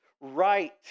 right